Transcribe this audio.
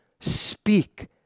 speak